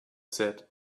said